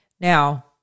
Now